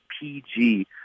PG